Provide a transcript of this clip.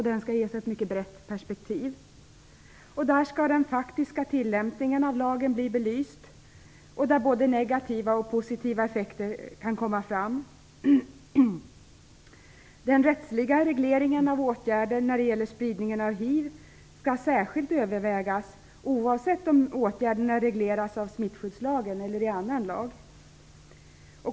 Den skall ges ett mycket brett perspektiv. Där skall den faktiska tillämpningen av lagen bli belyst. Både negativa och positiva effekter skall kunna komma fram. Den rättsliga regleringen av åtgärder när det gäller spridningen av hiv skall särskilt övervägas, oavsett om åtgärderna regleras av smittskyddslagen eller i annan lag.